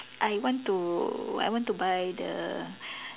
I want to I want to buy the